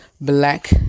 black